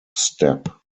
step